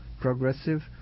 progressive